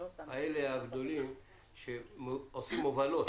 אלה הגדולים שעושים הובלות